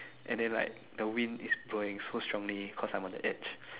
and then like the wind is blowing so strongly cause I'm on the edge